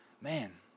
man